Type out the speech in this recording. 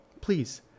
Please